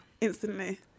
Instantly